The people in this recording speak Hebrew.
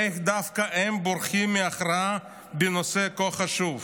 איך דווקא הם בורחים מהכרעה בנושא כה חשוב.